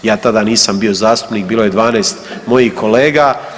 Ja tada nisam bio zastupnik, bilo je 12 mojih kolega.